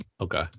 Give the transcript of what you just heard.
Okay